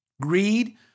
Greed